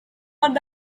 and